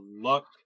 luck